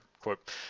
quote